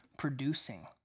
producing